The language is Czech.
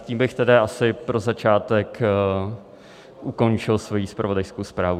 Tím bych tedy asi pro začátek ukončil svoji zpravodajskou zprávu.